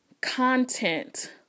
content